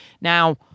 Now